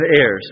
heirs